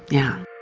yeah.